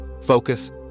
focus